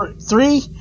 Three